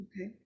Okay